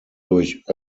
durch